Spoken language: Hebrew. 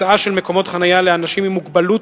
הקצאה של מקומות חנייה לאנשים עם מוגבלות